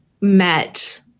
met